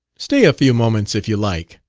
stay a few moments if you like.